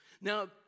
Now